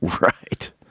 right